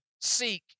Seek